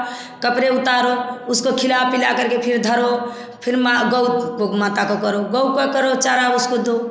कपड़े उतारो उसको खिला पिला करके फिर धरो फिर गौ माता को करो गौ का करो चारा उसको दो